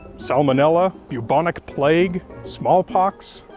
salmonella, bubonic plague, smallpox.